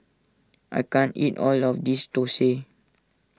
I can't eat all of this Thosai